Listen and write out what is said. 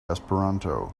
esperanto